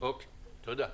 תודה.